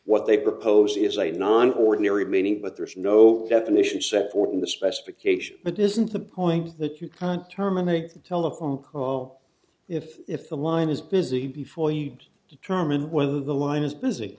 what they propose is a non ordinary meaning but there is no definition set forth in the specification but isn't the point that you can terminate a telephone call if if the line is busy before you determine whether the line is busy